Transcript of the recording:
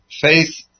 faith